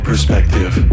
perspective